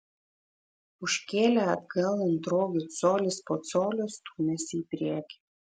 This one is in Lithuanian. užkėlę atgal ant rogių colis po colio stūmėsi į priekį